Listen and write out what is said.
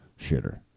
shitter